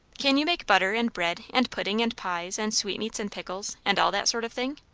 can you make butter and bread and pudding and pies and sweetmeats and pickles, and all that sort of thing?